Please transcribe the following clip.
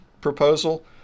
proposal